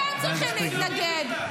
אתם צריכים להתנגד.